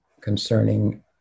concerning